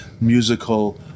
musical